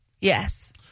Yes